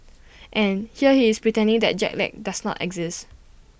and here he is pretending that jet lag does not exist